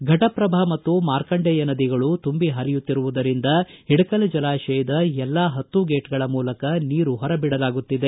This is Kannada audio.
ಘಟಪ್ರಭಾ ಮತ್ತು ಮಾರ್ಕಂಡೆಯ ನದಿಗಳು ತುಂಬಿ ಪರಿಯುತ್ತಿರುವುದರಿಂದ ಹಿಡಕಲ್ ಜಲಾಶಯದ ಎಲ್ಲ ಹತ್ತೂ ಗೇಟ್ಗಳ ಮೂಲಕ ನೀರು ಹೊರ ಬಿಡಲಾಗುತ್ತಿದೆ